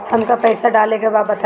हमका पइसा डाले के बा बताई